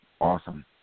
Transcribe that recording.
Awesome